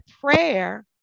prayer